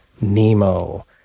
NEMO